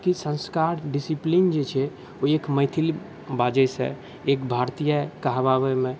कि संस्कार डिसिप्लीन जे छै ओ एक मैथिल बाजैसँ एक भारतीय कहबाबैमे